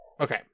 okay